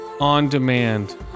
on-demand